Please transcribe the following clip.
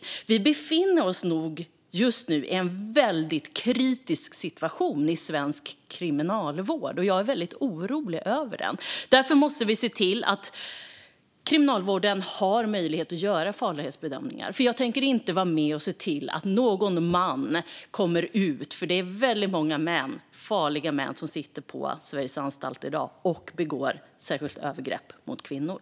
Svensk kriminalvård befinner sig i en kritisk situation just nu, och jag är väldigt orolig över den. Därför måste vi se till att Kriminalvården har möjlighet att göra farlighetsbedömningar. Jag tänker inte vara med och se till att någon man - för det är väldigt många män, farliga män, som sitter på Sveriges anstalter - kommer ut och begår övergrepp, särskilt inte mot kvinnor.